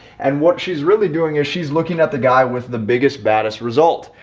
and what she's really doing is she's looking at the guy with the biggest, baddest result.